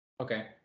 okay